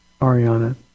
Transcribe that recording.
Ariana